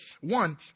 One